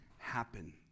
happen